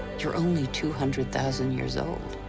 you are only two hundred thousand years old,